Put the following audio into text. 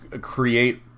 create